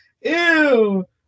ew